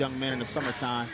young men in the summertime